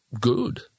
good